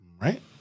Right